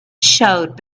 showed